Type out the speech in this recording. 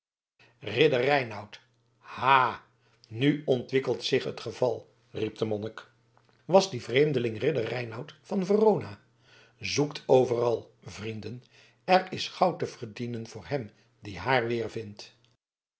ridder reinout ha nu ontwikkelt zich het geval riep de monnik was die vreemdeling ridder reinout van verona zoekt overal vrienden er is goud te verdienen voor hem die haar